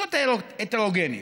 כיתות הטרוגניות,